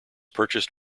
purchased